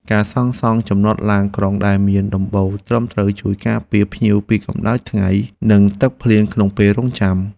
ការសាងសង់ចំណតឡានក្រុងដែលមានដំបូលត្រឹមត្រូវជួយការពារភ្ញៀវពីកម្តៅថ្ងៃនិងទឹកភ្លៀងក្នុងពេលរង់ចាំ។